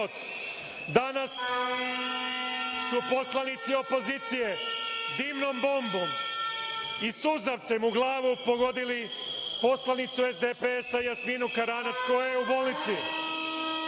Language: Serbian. Danas su poslanici opozicije dimnom bombom i suzavcem u glavu pogodili poslanicu SDPS Jasminu Karanac koja je